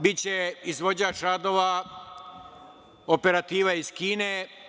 Biće izvođač radova operativa iz Kine.